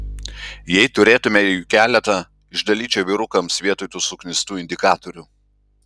jei turėtumei jų keletą išdalyčiau vyrukams vietoj tų suknistų indikatorių